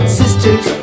sisters